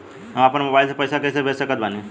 हम अपना मोबाइल से पैसा कैसे भेज सकत बानी?